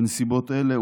בנסיבות אלה,